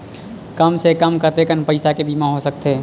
कम से कम कतेकन पईसा के बीमा हो सकथे?